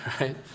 right